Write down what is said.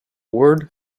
word